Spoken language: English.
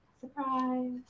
Surprise